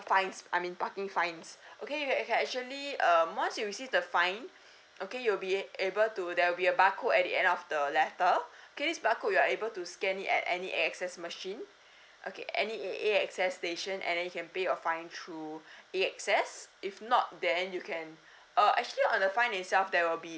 fines I mean parking fines okay you can you can actually um once you receive the fine okay you'll be a~ able to there will be a barcode at the end of the letter okay this barcode you are able to scan it at any A_X_S machine okay any A_A_X_S station and then you can pay your fine through A_X_S if not then you can uh actually on the fine itself there will be